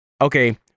okay